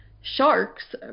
sharks